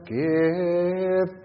give